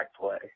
play